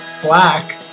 black